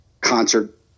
concert